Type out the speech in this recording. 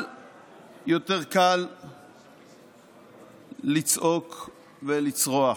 אבל יותר קל לצעוק ולצרוח.